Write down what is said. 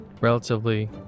relatively